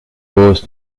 vos